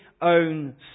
own